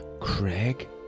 Craig